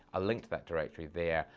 a link to that directory there.